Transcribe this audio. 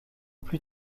plus